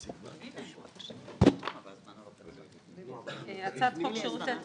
אני שמחה לפתוח את הדיון השביעי בהצעת חוק שירותי תשלום,